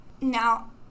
now